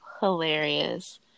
hilarious